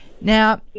Now